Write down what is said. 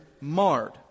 marred